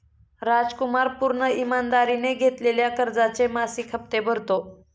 रामकुमार पूर्ण ईमानदारीने घेतलेल्या कर्जाचे मासिक हप्ते भरतो